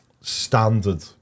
standard